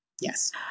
Yes